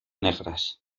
negras